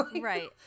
right